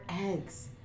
eggs